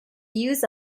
use